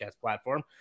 platform